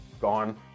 Gone